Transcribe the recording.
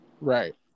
Right